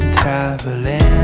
traveling